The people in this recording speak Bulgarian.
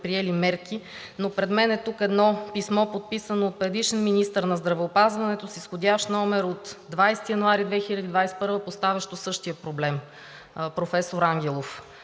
предприели мерки. Но пред мен тук е едно писмо, подписано от предишен министър на здравеопазването с изходящ номер от 20 януари 2021 г., поставящо същия проблем, професор Ангелов.